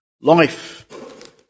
life